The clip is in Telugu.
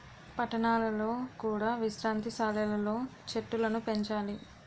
పట్టణాలలో కూడా విశ్రాంతి సాలలు లో చెట్టులను పెంచాలి